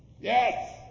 Yes